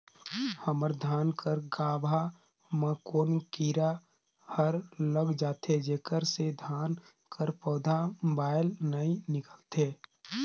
हमर धान कर गाभा म कौन कीरा हर लग जाथे जेकर से धान कर पौधा म बाएल नइ निकलथे?